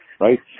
right